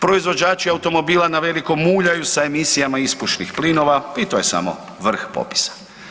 Proizvođači automobila naveliko muljaju sa emisijama ispušnih plinova i to je samo vrh popisa.